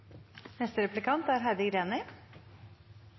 Neste og siste replikant er Heidi Greni.